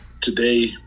today